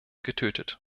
getötet